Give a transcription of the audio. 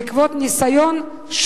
בעקבות ניסיון,